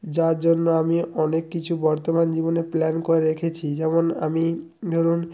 যার জন্য আমি অনেক কিছু বর্তমান জীবনে প্ল্যান করে রেখেছি যেমন আমি ধরুন